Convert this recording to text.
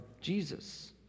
Jesus